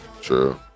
True